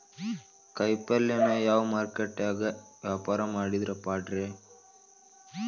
ಕಾಯಿಪಲ್ಯನ ಯಾವ ಮಾರುಕಟ್ಯಾಗ ವ್ಯಾಪಾರ ಮಾಡಿದ್ರ ಪಾಡ್ರೇ?